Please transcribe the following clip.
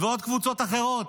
ובעוד קבוצות אחרות.